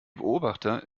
beobachter